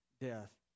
death